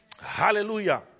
Hallelujah